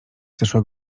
zeszłe